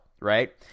right